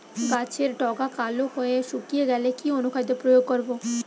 গাছের ডগা কালো হয়ে শুকিয়ে গেলে কি অনুখাদ্য প্রয়োগ করব?